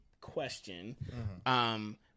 question